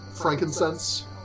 frankincense